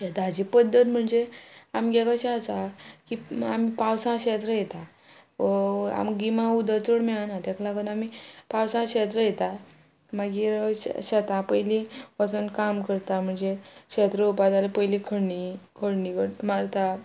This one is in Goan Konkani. शेताची पद्दत म्हणजे आमगें कशें आसा की आमी पावसा शेत रोयता आमी गिमांत उदक चड मेळना तेका लागून आमी पावसा शेत रोयता मागीर शेतां पयलीं वचोन काम करता म्हणजे शेत रोवपा जाल्यार पयली खण खडणी मारता